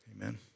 Amen